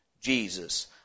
Jesus